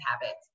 habits